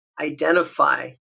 identify